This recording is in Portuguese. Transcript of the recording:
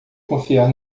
confiar